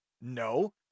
No